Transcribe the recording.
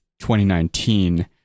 2019